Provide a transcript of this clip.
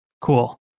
Cool